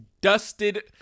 Dusted